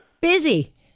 Busy